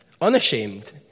unashamed